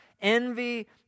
envy